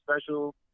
special